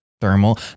thermal